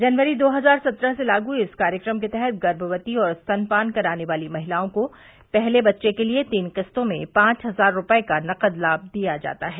जनवरी दो हजार सत्रह से लागू इस कार्यक्रम के तहत गर्भवती और स्तनपान कराने वाली महिलाओं को पहले बच्चे के लिए तीन किस्तों में पांच हजार रुपये का नकद लाम दिया जाता है